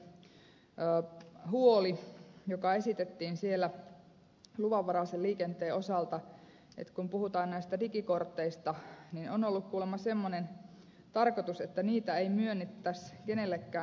sitten liikenneministerille huoli joka esitettiin siellä luvanvaraisen liikenteen osalta että kun puhutaan näistä digikorteista on ollut kuulemma semmoinen tarkoitus että niitä ei myönnettäisi kenellekään ulkolaisille